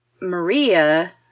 Maria